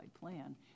plan